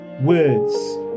words